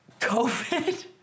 COVID